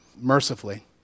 mercifully